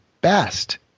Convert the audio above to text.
best